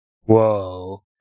Whoa